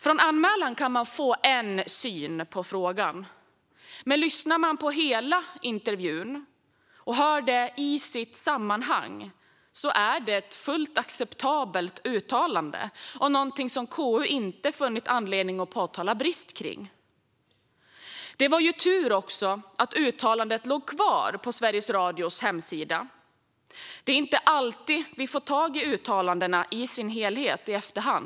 Av anmälan kan man få en syn på frågan, men lyssnar man på hela intervjun och hör uttalandet i sitt sammanhang är det fullt acceptabelt och inte något som KU funnit anledning att påtala någon brist kring. Det var tur att uttalandet låg kvar på Sveriges Radios hemsida - det är inte alltid vi i efterhand får tag på uttalandena i deras helhet.